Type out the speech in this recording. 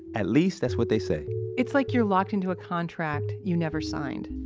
at least that's what they say it's like you're locked into a contract you never signed.